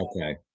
Okay